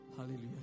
hallelujah